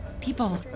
People